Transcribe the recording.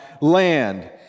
land